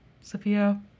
Sophia